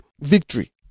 victory